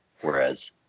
Whereas